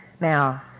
Now